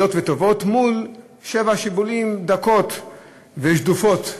וטובות מול שבע שיבולים דקות ושדופות.